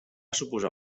suposar